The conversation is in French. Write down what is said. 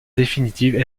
définitive